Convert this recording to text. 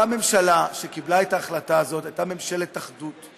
אותה ממשלה שקיבלה את ההחלטה הזאת הייתה ממשלת אחדות,